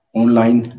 online